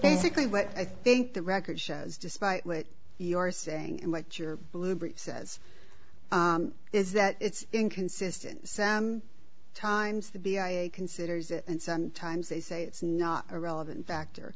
basically what i think the record shows despite what your saying and what your blue brief says is that it's inconsistent some times the b i considers it and sometimes they say it's not a relevant factor